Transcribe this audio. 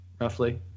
Roughly